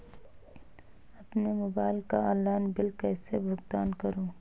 अपने मोबाइल का online bill कैसे भुगतान करूं?